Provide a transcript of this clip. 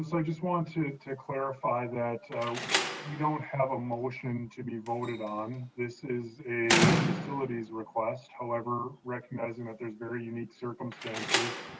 i just want to to clarify that we don't have a motion to be voted on. this is a facilities request. however, realizing that there's very unique circumstances,